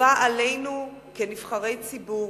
חובה עלינו, כנבחרי ציבור,